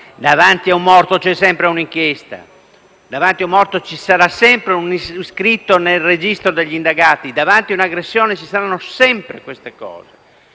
Davanti a un morto c'è sempre un'inchiesta e ci sarà sempre un iscritto nel registro degli indagati; davanti a un'aggressione ci saranno sempre queste cose.